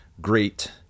Great